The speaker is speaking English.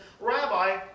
Rabbi